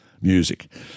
Music